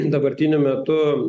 dabartiniu metu